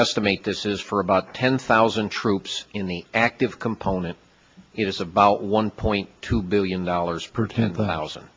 estimate this is for about ten thousand troops in the active component is about one point two billion dollars per ten thousand